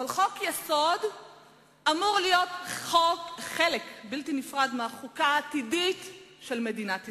אבל חוק-יסוד אמור להיות חלק בלתי נפרד מהחוקה העתידית של מדינת ישראל,